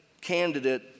candidate